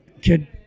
kid